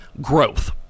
growth